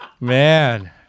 Man